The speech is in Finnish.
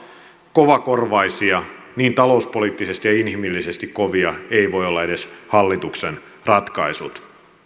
kovakorvaisia niin talouspoliittisesti ja inhimillisesti kovia eivät voi olla edes hallituksen ratkaisut